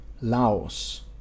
laos